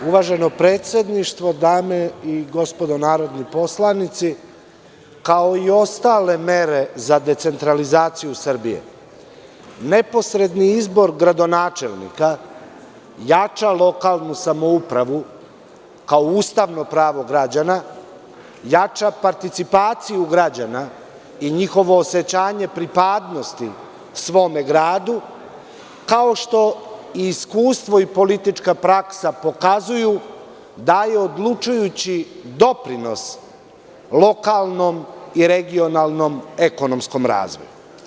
Poštovano predsedništvo, dame i gospodo narodni poslanici, kao i ostale mere za decentralizaciju Srbije neposredni izbor za gradonačelnika jača lokalnu samoupravu kao ustavno pravo građana, jača participaciju građana i njihovo osećanje pripadnosti svome gradu, kao što iskustvo i politička praksa pokazuju da je odlučujući doprinos lokalnom i regionalnom ekonomskom razvoju.